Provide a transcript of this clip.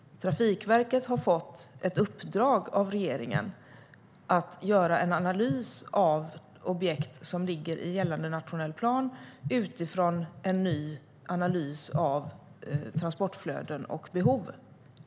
Trafikverket har fått ett uppdrag av regeringen att göra en analys av objekt som ligger i gällande nationell plan utifrån en ny analys av transportflöden och behov.